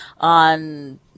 on